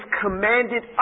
commanded